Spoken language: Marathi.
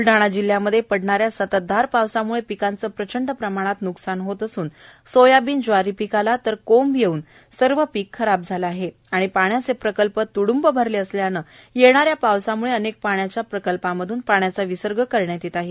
ब्लडाणा जिल्ह्यामध्ये पडणाऱ्या संततधार पावसाम्ळे पिकाचे प्रचंड प्रमाणात न्कसान होत असून सोयाबीन ज्वारी पिकाला तर कोंब येवून सर्व पीक खराब झाले आहे आणि पाण्याचे प्रकल्प तूइंब भरले असल्याने येणाऱ्या पावसामुळे अनेक पाण्याच्या प्रकल्पामधून पाण्याचा विसर्ग करण्यात येत आहे